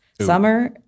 Summer